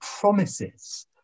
promises